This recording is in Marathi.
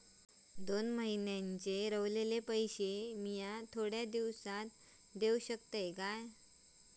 दोन महिन्यांचे उरलेले पैशे मी थोड्या दिवसा देव शकतय?